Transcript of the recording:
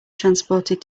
transported